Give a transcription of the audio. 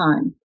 time